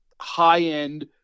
high-end